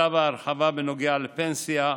צו ההרחבה בנוגע לפנסיה,